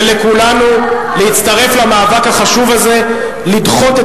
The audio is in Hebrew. ולכולנו להצטרף למאבק החשוב הזה לדחות את